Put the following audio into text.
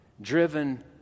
driven